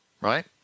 right